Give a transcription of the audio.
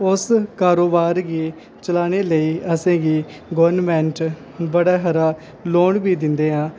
उस कारोबार गी चलानै लेई असेंगी गौरमेंट थोह्ड़ा हारा लोन बी दिंदे आं